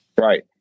right